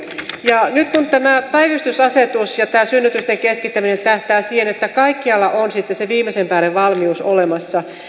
nyt kun tämä päivystysasetus ja tämä synnytysten keskittäminen tähtää siihen että kaikkialla on sitten se viimeisen päälle valmius olemassa